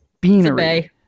beanery